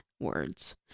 words